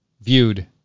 viewed